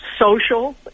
social